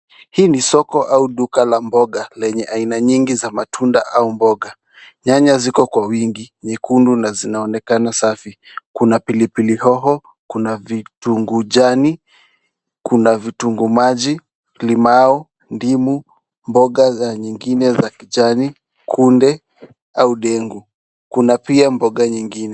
Hii ni soko au duka la mboga lenye aina nyingi za matunda au mboga. Nyanya ziko kwa wingi, nyekundu na zinaonekana safi. Kuna pilipili hoho, kuna vitunguu jani, kuna vitunguu maji, limau, ndimu, mboga za nyingine rakichani, kunde au ndengu. Kuna pia mboga nyingine.